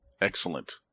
Excellent